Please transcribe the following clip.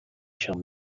shall